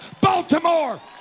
Baltimore